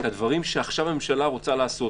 כי הדברים שעכשיו הממשלה רוצה לעשות,